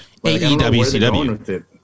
AEWCW